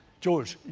george,